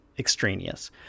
Extraneous